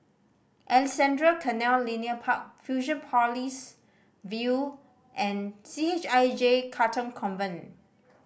Alexandra Canal Linear Park Fusionopolis View and C H I J Katong Convent